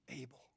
able